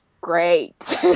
great